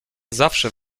zawsze